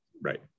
right